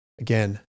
again